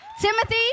Timothy